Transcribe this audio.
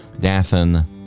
Dathan